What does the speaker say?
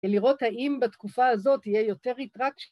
‫ולראות האם בתקופה הזאת ‫תהיה יותר התרגש...